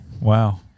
wow